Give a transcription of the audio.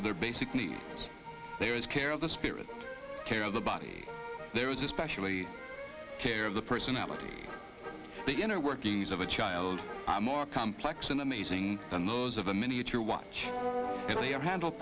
for their basic needs there is care of the spirit care of the body there is especially care of the personality the inner workings of a child are more complex and amazing than those of a miniature watch they are handled